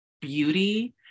beauty